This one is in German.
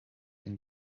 den